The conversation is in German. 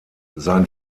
sein